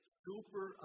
super